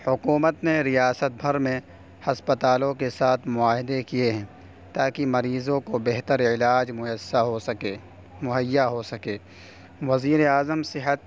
حکومت نے ریاست بھر میں ہسپتالوں کے ساتھ معاہدے کیے ہیں تاکہ مریضوں کو بہتر علاج مہیا ہو سکے مہیا ہو سکے وزیر اعظم صحت